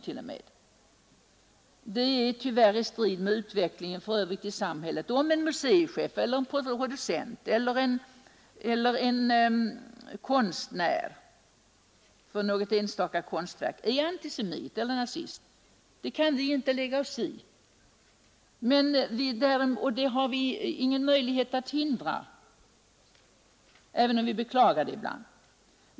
Detta står ju dessutom i strid med utvecklingen för övrigt i samhället. Om en museichef, producent eller konstnär är antisemit eller nazist så kan vi självfallet inte lägga oss i detta. Vi har ingen möjlighet att hindra en sådan privat uppfattning, även om vi kanske beklagar det ibland.